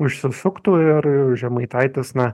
užsisuktų ir ir žemaitaitis na